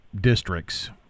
districts